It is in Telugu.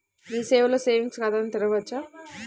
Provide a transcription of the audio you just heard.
మీ సేవలో సేవింగ్స్ ఖాతాను తెరవవచ్చా?